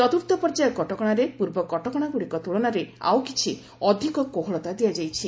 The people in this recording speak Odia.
ଚତୁର୍ଥ ପର୍ଯ୍ୟାୟ କଟକଣାରେ ପୂର୍ବ କଟକଣାଗୁଡ଼ିକ ତୁଳନାରେ ଆଉ କିଛି ଅଧିକ କୋହଳତା ଦିଆଯାଇଛି